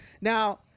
Now